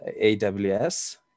AWS